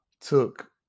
took